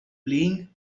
playing